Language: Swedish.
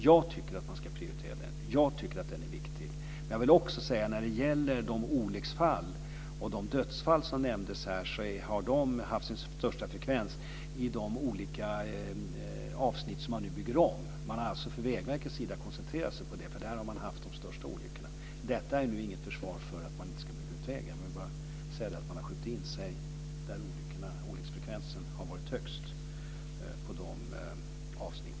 Jag tycker att man ska prioritera den. Jag tycker att den är viktig. Jag vill också säga att de olycksfall och dödsfall som nämnts här har haft sin största frekvens i de olika avsnitt som man nu bygger om. Man har alltså från Vägverkets sida koncentrerat sig på de avsnitt där har man haft de största olyckorna. Detta är nu inget försvar för att inte bygga ut vägen, men jag vill bara säga att man har skjutit in sig på de avsnitt där olycksfrekvensen har varit högst.